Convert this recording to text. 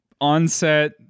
onset